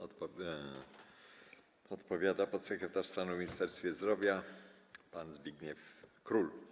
Odpowiada podsekretarz stanu w Ministerstwie Zdrowia pan Zbigniew Józef Król.